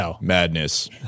Madness